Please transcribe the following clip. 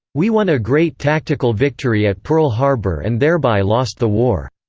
we won a great tactical victory at pearl harbor and thereby lost the war.